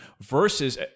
versus